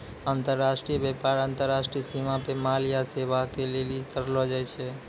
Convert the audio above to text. अन्तर्राष्ट्रिय व्यापार अन्तर्राष्ट्रिय सीमा पे माल या सेबा के लेली करलो जाय छै